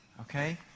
okay